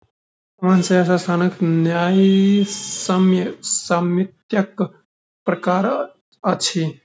सामान्य शेयर संस्थानक न्यायसम्य स्वामित्वक प्रकार अछि